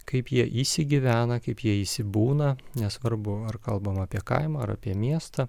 kaip jie įsigyvena kaip jie įsibūna nesvarbu ar kalbam apie kaimą ar apie miestą